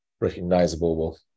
recognizable